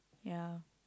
ya